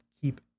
keep